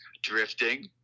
drifting